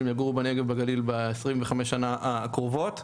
יגורו בנגב ובגליל ב-25 השנים הקרובות,